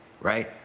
right